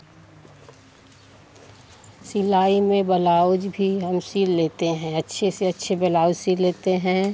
सिलाई में बलाउज भी हम सिल लेते हैं अच्छे से अच्छे बेलाउज सिल लेते हैं